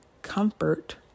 comfort